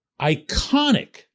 iconic